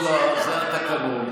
היא יכולה, זה התקנון.